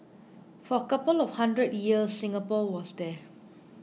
for a couple of hundred years Singapore was there